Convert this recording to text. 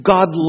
God